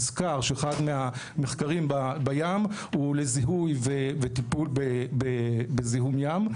הוזכר שאחד מהמחקרים בים הוא לזיהוי וטיפול בזיהום בים,